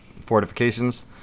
fortifications